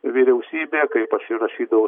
vyriausybė kai pasirašydavau